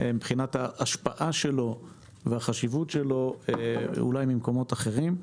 מבחינת ההשפעה שלו והחשיבות שלו יותר ממקומות אחרים.